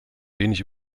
wenig